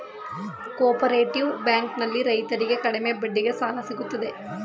cooperative bank ನಲ್ಲಿ ರೈತರಿಗೆ ಕಡಿಮೆ ಬಡ್ಡಿಗೆ ಸಾಲ ಸಿಗುತ್ತದೆ